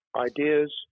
Ideas